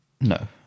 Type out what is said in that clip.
No